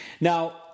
Now